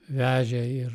vežė ir